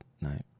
no